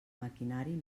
maquinari